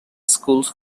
schools